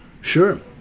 sure